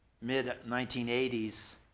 mid-1980s